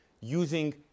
using